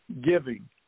giving